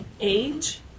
age